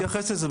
נתייחס לזה,